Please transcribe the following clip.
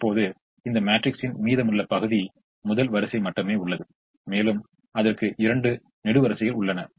இப்போது இந்த மேட்ரிக்ஸின் மீதமுள்ள பகுதி முதல் வரிசை மட்டுமே உள்ளது மேலும் அதற்கு இரண்டு நெடுவரிசைகள் உள்ளன